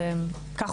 כך,